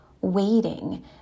waiting